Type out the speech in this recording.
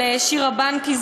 של שירה בנקי,